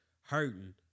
hurting